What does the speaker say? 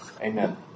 amen